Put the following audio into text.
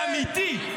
אל תדברו איתנו.